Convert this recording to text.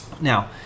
Now